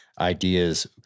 ideas